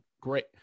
Great